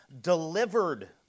delivered